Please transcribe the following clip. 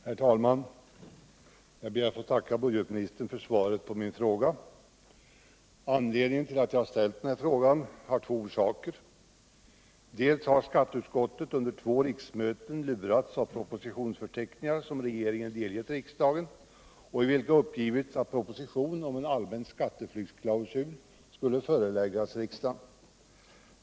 i IR : Å Torsdagen den Herr talman! Jag ber att få tacka budgetministern för svaret på min 1 juni 1978 fråga. AR Det finns två orsaker till att jag har ställt frågan. Den ena är att skatteutskottet under två riksmöten har lurats av propositionsförteckningar för proposition om som regeringen har delgett riksdagen, i vilka UPpgivits att PrOpOSiNON om en en lag mot skatteallmän skatteflyktsklausul skulle föreläggas riksdagen.